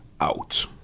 out